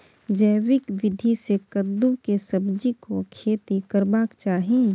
जैविक विधी से कद्दु के सब्जीक खेती करबाक चाही?